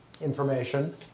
information